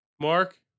Mark